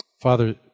Father